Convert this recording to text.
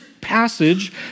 passage